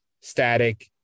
static